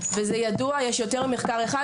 וזה ידוע ויש יותר ממחקר אחד,